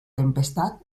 tempestad